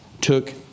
took